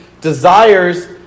desires